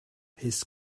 his